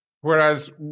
Whereas